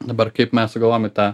dabar kaip mes sugalvojom į tą